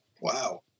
wow